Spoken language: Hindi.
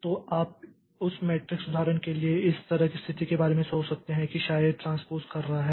तो आप उस मैट्रिक्स उदाहरण के लिए इस तरह की स्थिति के बारे में सोच सकते हैं कि शायद ट्रांसपोज़ कर रहा है